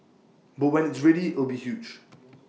but when it's ready it'll be huge